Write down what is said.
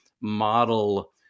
model